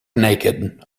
naked